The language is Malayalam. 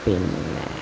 പിന്നെ